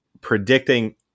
predicting